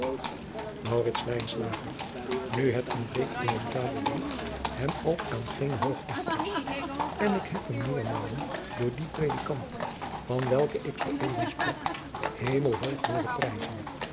nu het ontbreekt in mijn vaderland hem ook aan geene hoogachters en ik heb hem meermalen door dien predikant van welken ik zoo even sprak hemelhoog hooren prijzen